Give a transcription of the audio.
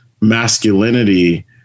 masculinity